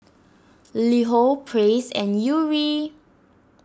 LiHo Praise and Yuri